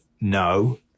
no